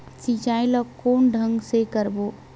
सिंचाई ल कोन ढंग से करबो?